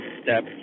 step